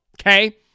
okay